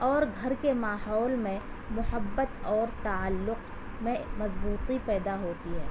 اور گھر کے ماحول میں محبت اور تعلق میں مضبوطی پیدا ہوتی ہے